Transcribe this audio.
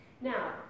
Now